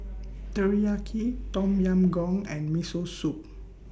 Teriyaki Tom Yam Goong and Miso Soup